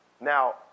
now